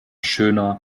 schöner